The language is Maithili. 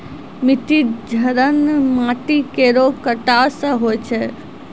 मिट्टी क्षरण माटी केरो कटाव सें होय छै